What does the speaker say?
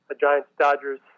Giants-Dodgers